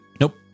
Nope